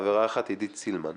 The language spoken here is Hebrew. חברה אחת: עידית סילמן.